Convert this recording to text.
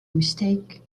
mistake